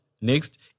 Next